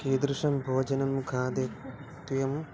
कीदृशं भोजनं खादितव्यं